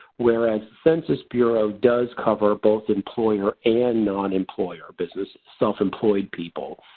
whereas the census bureau does cover both employer and non-employer businesses, self-employed people.